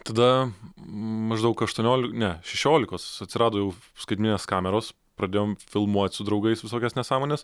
tada maždaug aštuonioli ne šešiolikos atsirado jau skaitmeninės kameros pradėjom filmuot su draugais visokias nesąmones